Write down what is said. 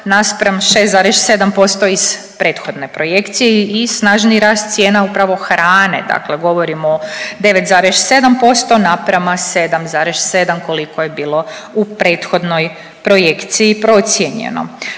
naspram 6,7% iz prethodne projekcije i snažniji rast cijena upravo hrane dakle, govorimo o 9,7% naprama 7,7% koliko je bilo u prethodnoj projekciji procijenjeno.